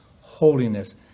holiness